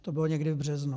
To bylo někdy v březnu.